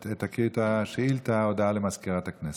שתקריא את השאילתה, הודעה לסגנית מזכיר הכנסת.